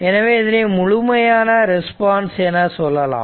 எனவே இதனை முழுமையான ரெஸ்பான்ஸ் என சொல்லலாம்